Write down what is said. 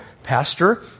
pastor